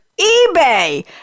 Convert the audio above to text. eBay